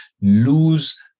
lose